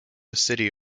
city